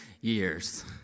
years